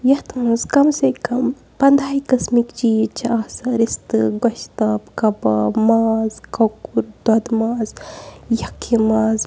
یَتھ منٛز کَم سے کَم پَنٛدٕہَاے قسمٕکۍ چیٖز چھِ آسان رِستہٕ گۄشتاب کَباب ماز کۄکُر دۄدھٕ ماز یَکھنۍ ماز